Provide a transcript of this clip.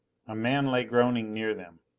a man lay groaning near them.